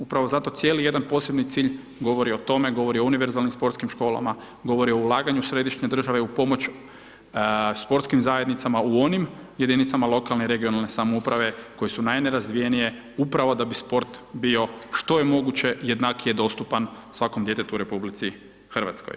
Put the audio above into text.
Upravo zato, cijeli jedan poseban cilj, govori o tome, govori o univerzalnim sportskim školama, govori o ulaganja središnje države u pomoć sportskim zajednicama, u onim jedinicama lokalne i regionalne samouprave koje su najnerazvijenije upravo da bi sport bio što je moguće jednakije dostupan svakom djetetu u RH.